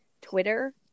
Twitter